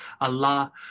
Allah